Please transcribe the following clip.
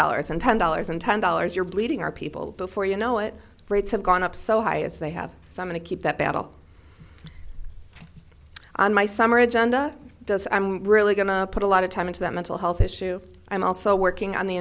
dollars and ten dollars and ten dollars you're bleeding our people before you know it rates have gone up so high as they have so many keep that battle on my summer agenda does i'm really going to put a lot of time into that mental health issue i'm also working on the